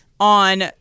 on